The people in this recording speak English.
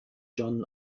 john